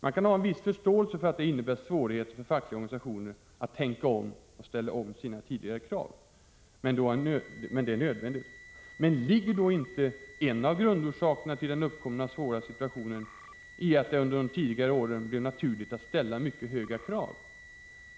Man kan ha en viss förståelse för att det innebär svårigheter för fackliga organisationer att tänka om och ställa om från sina tidigare krav. Men det är nödvändigt. Men ligger inte en av grundorsakerna till den uppkomna svåra situationen i att det under de tidigare åren blev naturligt att ställa mycket höga krav?